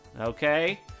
okay